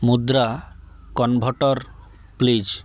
Mudra converter please